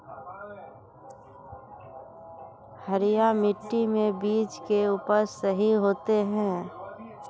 हरिया मिट्टी में बीज के उपज सही होते है?